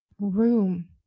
room